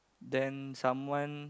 then someone